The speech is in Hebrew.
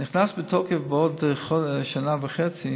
נכנסות לתוקף בעוד שנה וחצי